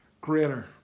greater